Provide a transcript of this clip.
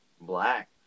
black